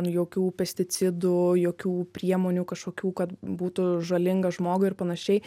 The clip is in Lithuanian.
jokių pesticidų jokių priemonių kažkokių kad būtų žalinga žmogui ir panašiai